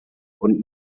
und